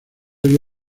oye